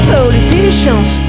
Politicians